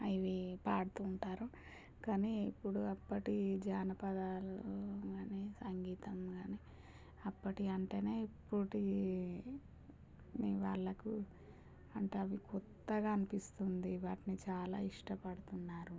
అవి పాడుతూ ఉంటారు కానీ ఇప్పుడు అప్పటి జానపదాలు కానీ సంగీతం కానీ అప్పటివి అంటేనే ఇప్పటి వాళ్ళకు అంటే అవి క్రొత్తగా అనిపిస్తుంది వాటిని చాలా ఇష్టపడుతున్నారు